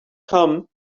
come